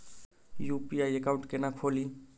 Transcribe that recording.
UPI account केना खोलि?